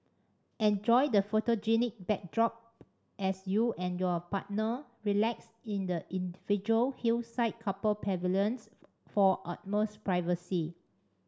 enjoy the photogenic backdrop as you and your partner relax in the individual hillside couple pavilions for utmost privacy